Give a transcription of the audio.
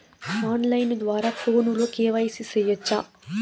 on line ద్వారా ఫోనులో KYC సేయొచ్చా